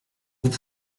vous